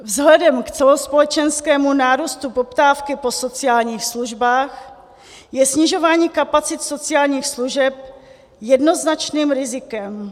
Vzhledem k celospolečenskému nárůstu poptávky po sociálních službách je snižování kapacit sociálních služeb jednoznačným rizikem.